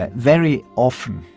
ah very often,